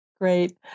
Great